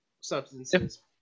substances